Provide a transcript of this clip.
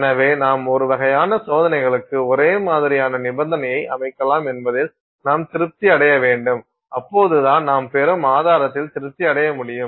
எனவே நாம் ஒரு வகையான சோதனைகளுக்கு ஒரே மாதிரியான நிபந்தனையை அமைக்கலாம் என்பதில் நாம் திருப்தி அடைய வேண்டும் அப்போதுதான் நாம் பெறும் ஆதாரத்தில் திருப்தி அடைய முடியும்